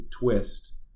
Twist